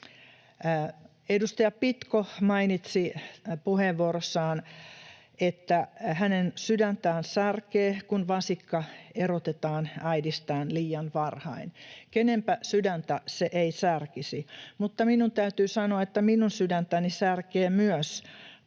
Edustaja Pitko mainitsi puheenvuorossaan, että hänen sydäntään särkee, kun vasikka erotetaan äidistään liian varhain. Kenenpä sydäntä se ei särkisi, mutta minun täytyy sanoa, että minun sydäntäni särkee myös,